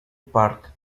park